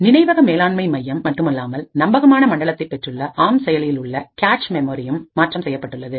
நினைவக மேலாண்மை மையம் மட்டுமல்லாமல் நம்பகமான மண்டலத்தை பெற்றுள்ள ஆம் செயலியில் உள்ள கேச் மெமரியும் மாற்றம் செய்யப்பட்டுள்ளது